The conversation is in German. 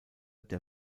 der